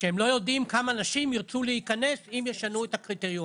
שהם לא יודעים כמה נשים ירצו להיכנס אם ישנו את הקריטריונים.